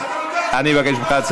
תתבייש לך.